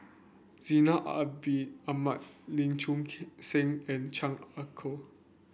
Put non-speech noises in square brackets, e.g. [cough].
Zainal Abidin Ahmad Lee Choon [unintelligible] Seng and Chan Ah Kow